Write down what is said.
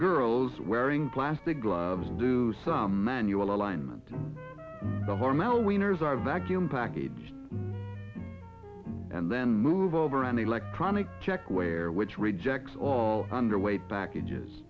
girls wearing plastic gloves do some manual alignment the hormel winners are vacuum packaged and then move over an electronic check where which rejects all underweight packages